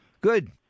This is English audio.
Good